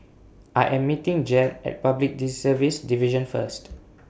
I Am meeting Jed At Public Service Division First